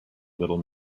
little